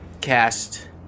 cast